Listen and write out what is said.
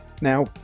Now